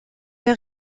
der